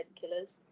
killers